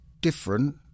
different